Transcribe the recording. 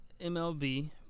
MLB